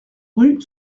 rue